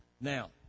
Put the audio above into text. Now